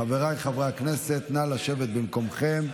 חבריי חברי הכנסת, נא לשבת במקומותיכם.